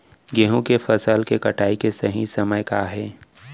गेहूँ के फसल के कटाई के सही समय का हे?